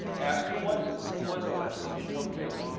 ask, who was who was alexis de tocqueville?